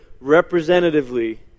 representatively